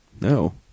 No